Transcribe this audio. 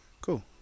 Cool